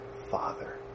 father